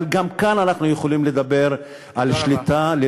אבל גם כאן אנחנו יכולים לדבר, תודה רבה.